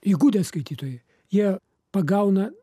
įgudę skaitytojai jie pagauna